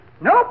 Nope